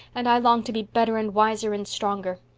and i long to be better and wiser and stronger.